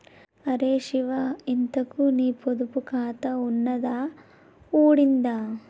అరే శివా, ఇంతకూ నీ పొదుపు ఖాతా ఉన్నదా ఊడిందా